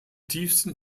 tiefsten